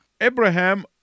Abraham